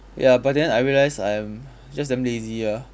ya but then I realised I'm just damn lazy ah